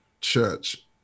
church